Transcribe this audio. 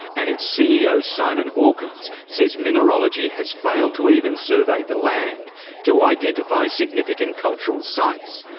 and its ceo, simon hawkins, says mineralogy has failed to even survey the land to identify significant cultural sites.